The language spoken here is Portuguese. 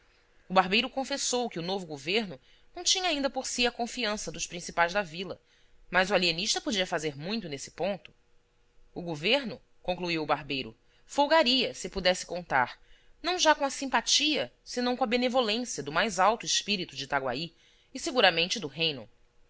o barbeiro confessou que o novo governo não tinha ainda por si a confiança dos principais da vila mas o alienista podia fazer muito nesse ponto o governo concluiu o barbeiro folgaria se pudesse contar não já com a simpatia senão com a benevolência do mais alto espírito de itaguaí e seguramente do reino